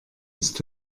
ist